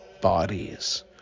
bodies